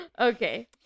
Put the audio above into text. Okay